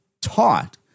taught